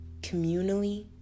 communally